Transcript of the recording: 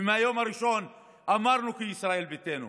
מהיום הראשון אמרנו, כישראל ביתנו,